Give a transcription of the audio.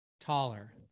taller